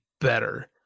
better